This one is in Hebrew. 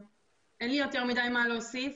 אין לי יותר מדי מה להוסיף.